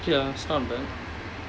ya it's not bad